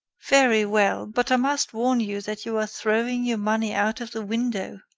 very well. but i must warn you that you are throwing your money out of the window.